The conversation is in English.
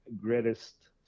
greatest